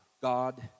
God